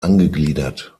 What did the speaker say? angegliedert